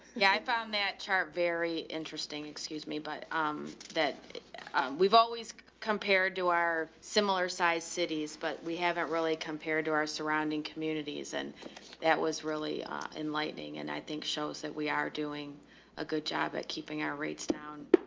yeah. i found that chart very interesting. excuse me. but, um, that we've always compared to our similar size cities but we haven't really compared to our surrounding surrounding communities and that was really enlightening and i think shows that we are doing a good job at keeping our rates down.